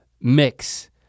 mix